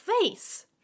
face